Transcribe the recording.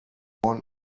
born